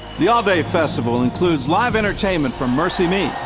the all-day festival includes live entertainment from mercy me,